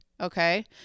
Okay